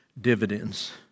dividends